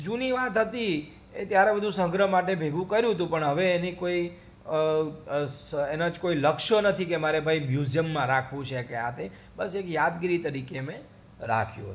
જૂની વાત હતી એ ત્યારે બધું સંગ્રહ માટે ભેગું કર્યું હતું પણ હવે એની કોઈ એનો જ કોઈ લક્ષ્યો નથી કે મારે ભાઈ મ્યુઝિયમમાં રાખવું છે કે આ તે બસ એક યાદગીરી તરીકે મેં રાખ્યું હતું